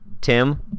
Tim